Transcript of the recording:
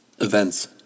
Events